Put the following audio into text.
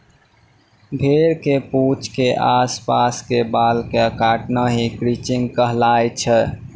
भेड़ के पूंछ के आस पास के बाल कॅ काटना हीं क्रचिंग कहलाय छै